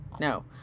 No